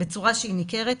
בצורה ניכרת.